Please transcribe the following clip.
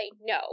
no